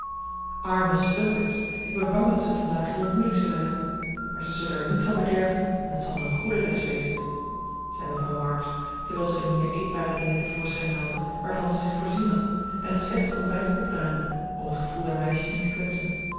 arme stumperds ik ben bang dat ze t vandaag heel moeilijk zullen hebben maar ze zullen er niet van bederven en het zal hun eene goede les wezen zei mevrouw march terwijl ze de meer eetbare dingen te voorschijn haalde waarvan zij zich voorzien had en het slechte ontbijt opruimde om het gevoel der meisjes niet te kwetsen